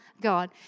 God